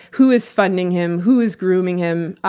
who is funding him? who is grooming him?